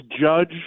judge